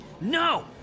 No